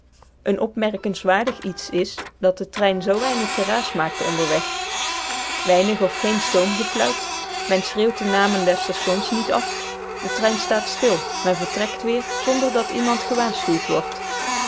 een opmerkenswaardig iets is dat de trein zoo weinig geraas maakt onderweg weinig of geen stoomgefluit men schreeuwt de namen der stations niet af de trein staat stil men vertrekt weer zonder dat iemand gewaarschuwd wordt